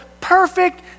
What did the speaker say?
perfect